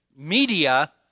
Media